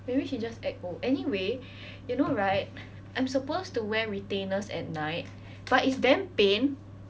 maybe she just act old anyway you know right I'm supposed to wear retainers at night but it's damn pain